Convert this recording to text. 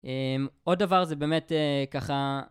עוד דבר זה באמת ככה